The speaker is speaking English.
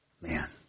Man